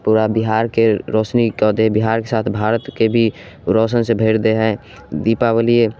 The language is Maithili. ताहि दुआरे बिहारके रोशनी कऽ दै हय बिहारके साथ भारतके भी रौशन से भरि दै हय दीपावली